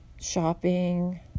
shopping